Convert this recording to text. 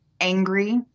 angry